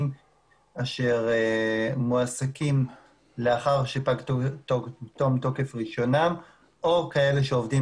אשר מועסקים לאחר שפג תוקף רישיונם או כאלה שעובדים